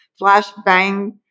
flashbang